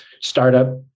startup